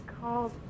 called